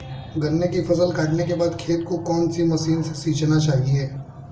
गन्ने की फसल काटने के बाद खेत को कौन सी मशीन से सींचना चाहिये?